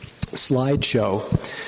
slideshow